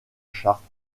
chartres